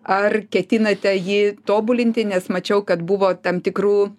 ar ketinate jį tobulinti nes mačiau kad buvo tam tikrų